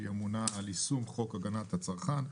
שהיא אמונה על יישום חוק הגנת הצרכן,